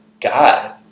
god